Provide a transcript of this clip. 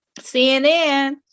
CNN